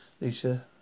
Lisa